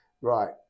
Right